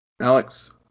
Alex